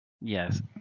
yes